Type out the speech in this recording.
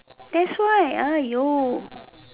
that's why !aiyo!